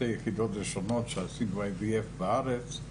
היחידות הראשונות שעשו טיפולי IVF בארץ.